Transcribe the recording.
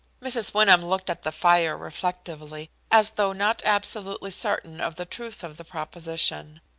mrs. wyndham looked at the fire reflectively, as though not absolutely certain of the truth of the proposition.